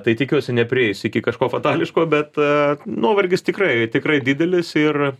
tai tikiuosi neprieis iki kažko fatališko bet nuovargis tikrai tikrai didelis ir